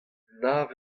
nav